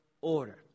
order